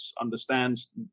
understands